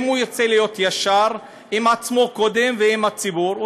אם הוא ירצה להיות ישר עם עצמו קודם ועם הציבור,